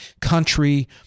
country